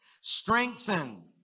strengthen